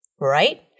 right